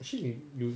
actually you